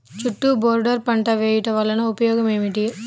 చుట్టూ బోర్డర్ పంట వేయుట వలన ఉపయోగం ఏమిటి?